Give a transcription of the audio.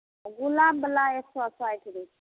आ गुलाब बला एक सए साठि रू